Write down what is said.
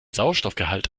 sauerstoffgehalt